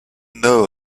know